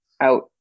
out